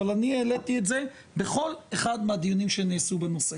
אבל אני העלתי את זה בכל אחד מהדיונים שנעשו בנושא,